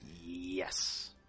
Yes